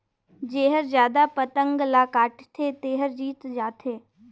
जेहर जादा पतंग ल काटथे तेहर जीत जाथे